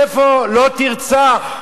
איפה "לא תרצח",